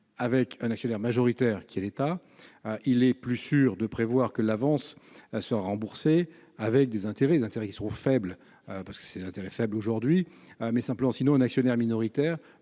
avec un actionnaire majoritaire qui est l'État, il est plus sûr de prévoir que l'avance se rembourser avec des intérêts, les intérêts qui sont faibles, parce que c'est l'intérêt faibles aujourd'hui mais simplement sinon un actionnaire minoritaire pourrait reprocher